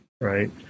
right